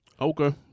Okay